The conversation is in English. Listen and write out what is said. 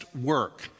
work